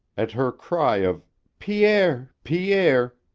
at her cry of pierre! pierre!